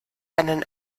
einen